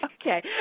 Okay